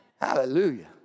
Hallelujah